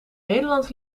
nederlands